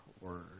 word